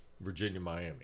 Virginia-Miami